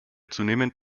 zunehmend